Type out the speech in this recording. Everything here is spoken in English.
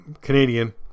Canadian